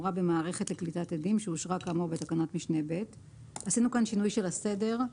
עשינו כאן שינוי של הסדר,